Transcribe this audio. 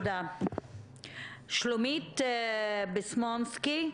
שולמית ביסמנובסקי.